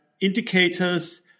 indicators